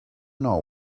know